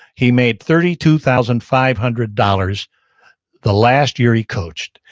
he made thirty two thousand five hundred dollars the last year he coached.